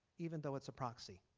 even though it's a proxy.